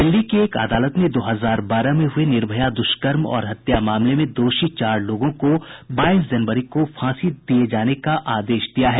दिल्ली की एक अदालत ने दो हजार बारह में हुए निर्भया दुष्कर्म और हत्या मामले में दोषी चार लोगों को बाईस जनवरी को फांसी दिए जाने का आदेश दिया है